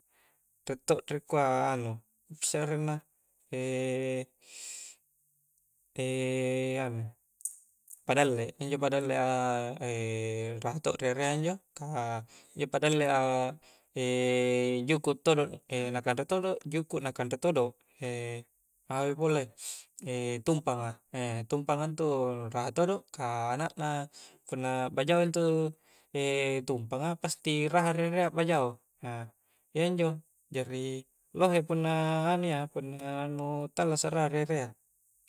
Riek to ri kua anu apasse arenna anu padalle injo padalle a rahaa to ri erea injo ka injo padale a juku' todo na kanre todo juku' na kanre todo, apapi pole tumpanga tumpanga intu raha todo ka anak na punna akbajao intu tumpanga pasti raha ri erea akbajao iyanjo jari lohe punna anu iya punna anu tallasa raha ri erea